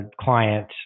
client